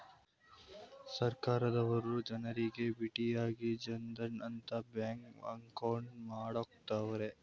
ಸರ್ಕಾರದವರು ಜನರಿಗೆ ಬಿಟ್ಟಿಯಾಗಿ ಜನ್ ಧನ್ ಅಂತ ಬ್ಯಾಂಕ್ ಅಕೌಂಟ್ ಮಾಡ್ಕೊಡ್ತ್ತವ್ರೆ